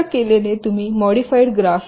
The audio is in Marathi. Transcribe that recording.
असे केल्याने तुम्ही मॉडिफाइड ग्राफ